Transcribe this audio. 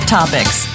Topics